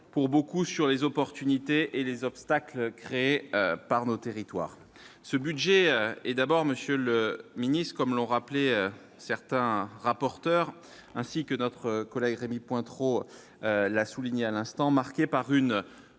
pour beaucoup sur les opportunités et les obstacles créés par nos territoires, ce budget est d'abord Monsieur le Ministre, comme l'ont rappelé certains rapporteurs ainsi que notre collègue, Rémy Pointereau, l'a souligné à l'instant, marquée par une